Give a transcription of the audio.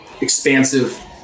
expansive